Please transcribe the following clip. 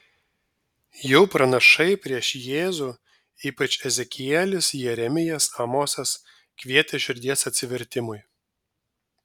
jau pranašai prieš jėzų ypač ezekielis jeremijas amosas kvietė širdies atsivertimui